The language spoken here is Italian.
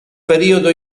periodo